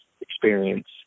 experience